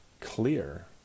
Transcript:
clear